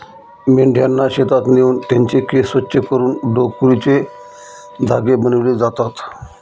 मेंढ्यांना शेतात नेऊन त्यांचे केस स्वच्छ करून लोकरीचे धागे बनविले जातात